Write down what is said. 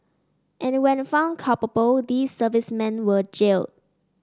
and when found culpable these servicemen were jail